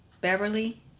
Beverly